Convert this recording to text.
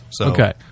Okay